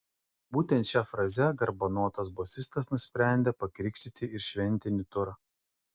būtent šia fraze garbanotas bosistas nusprendė pakrikštyti ir šventinį turą